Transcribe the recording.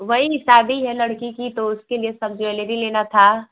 वही शादी है लड़की की तो उसके लिये सब ज्वेलेरी लेना था